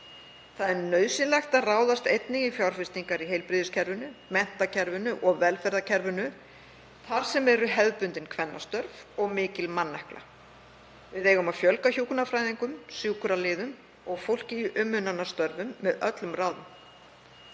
Það er nauðsynlegt að ráðast einnig í fjárfestingar í heilbrigðiskerfinu, menntakerfinu og velferðarkerfinu þar sem eru hefðbundin kvennastörf og mikil mannekla. Við eigum að fjölga hjúkrunarfræðingum, sjúkraliðum og fólki í umönnunarstörfum með öllum ráðum.